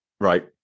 Right